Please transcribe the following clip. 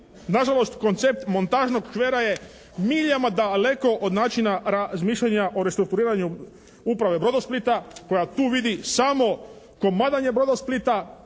Na žalost koncept montažnog škvera je miljama daleko od načina razmišljanja o restrukturiranju uprave "Brodosplita" koja tu vidi samo komadanje "Brodosplita"